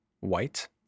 white